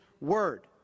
word